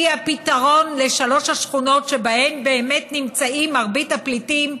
כי הפתרון לשלוש השכונות שבהן באמת נמצאים רוב הפליטים,